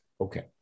Okay